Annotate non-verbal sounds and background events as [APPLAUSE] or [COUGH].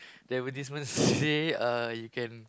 their advertisement say [LAUGHS] uh you can